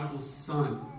son